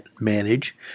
manage